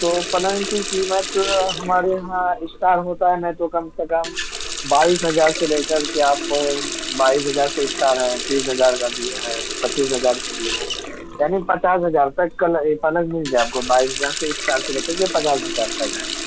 تو پلنگ کی قیمت ہمارے یہاں اسٹارٹ ہوتا ہے نہیں تو کم سے کم بائیس ہزار سے لے کر کے آپ کو بائیس ہزار سے اسٹارٹ ہے تیس ہزار کا بھی ہے پیچس ہزار کا بھی ہے یعنی پچاس ہزار تک کا پلنگ مل جائے گا آپ کو بائیس ہزار سے اسٹارٹ سے لے کر کے پچاس ہزار تک ہے